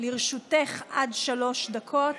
לרשותך עד שלוש דקות.